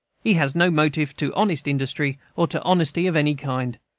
he has no motive to honest industry, or to honesty of any kind.